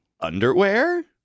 underwear